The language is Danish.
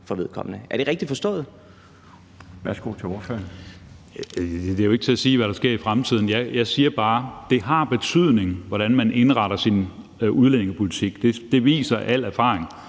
ordføreren. Kl. 12:50 Peter Skaarup (DD): Det er jo ikke til at sige, hvad der sker i fremtiden. Jeg siger bare, at det har betydning, hvordan man indretter sin udlændingepolitik. Det viser al erfaring.